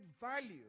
value